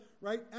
Right